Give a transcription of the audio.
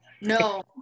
No